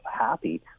happy